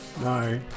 No